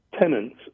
tenants